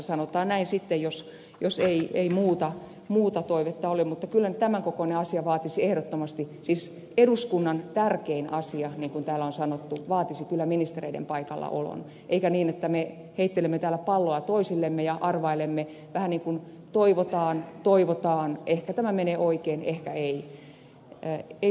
sanotaan näin sitten jos ei muuta toivetta ole mutta kyllä nyt tämänkokoinen asia siis eduskunnan tärkein asia niin kuin täällä on sanottu vaatisi kyllä ehdottomasti ministereiden paikallaolon eikä niin että me heittelemme täällä palloa toisillemme ja arvailemme vähän niin kuin toivotaan toivotaan ehkä tämä menee oikein ehkä ei